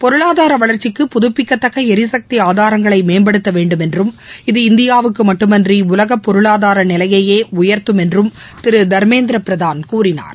பொருளாதார வளர்ச்சிக்கு புதுப்பிக்கத்தக்க எரிசக்தி ஆதாரங்களை மேம்படுத்தவேண்டும் என்றும் இது இந்தியாவுக்கு மட்டுமின்றி உலக பொருளாதார நிலையையே உயர்த்தும் என்றும் திரு தர்மேந்திர பிரதான் கூறினார்